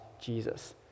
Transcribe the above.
Jesus